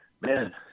man